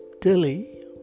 Delhi